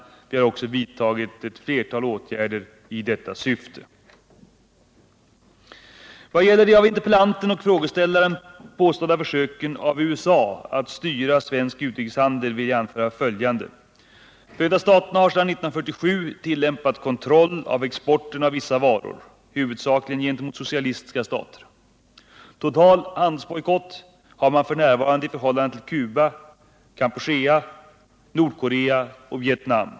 Vi har också vidtagit ett flertal åtgärder i detta syfte. Vad gäller de av interpellanten och frågeställaren påstådda försöken av USA att styra svensk utrikeshandel vill jag anföra följande: USA har sedan 1947 tillämpat kontroll av exporten av vissa varor huvudsakligen gentemot socialistiska stater. Total handelsbojkott har man f. n. i förhållande till Cuba, Campuchea, Nordkorea och Vietnam.